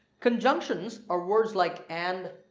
conjunctions are words like and,